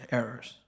errors